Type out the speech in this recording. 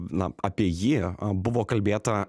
na apie jį buvo kalbėta